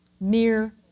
mere